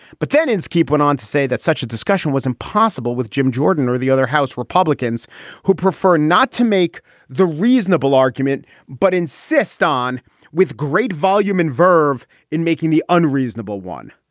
but then inskeep went on to say that such a discussion was impossible with jim jordan or the other house republicans who prefer not to make the reasonable argument but insist on with great volume and verve in making the unreasonable one.